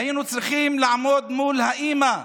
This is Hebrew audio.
והיינו צריכים לעמוד מול האימא,